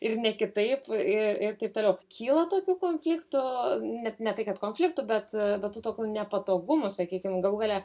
ir ne kitaip ir ir taip toliau kyla tokių konfliktų net ne tai kad konfliktų bet bet tų tokių nepatogumų sakykim galų gale